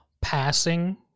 passing